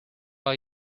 are